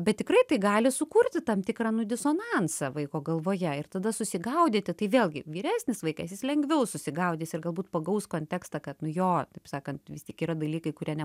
bet tikrai tai gali sukurti tam tikrą nu disonansą vaiko galvoje ir tada susigaudyti tai vėlgi vyresnis vaikas jis lengviau susigaudys ir galbūt pagaus kontekstą kad nu jo taip sakant vis tik yra dalykai kurie ne